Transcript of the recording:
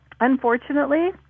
unfortunately